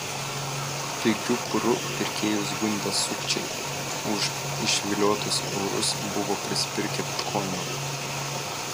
pigiu kuru pirkėjus gundę sukčiai už išviliotus eurus buvo prisipirkę bitkoinų